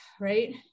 right